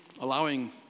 allowing